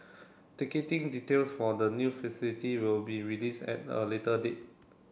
ticketing details for the new facility will be released at a later date